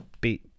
beat